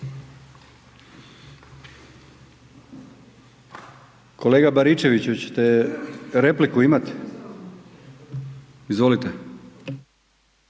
Kolega Baričević, hoćete, repliku imate? Izvolite.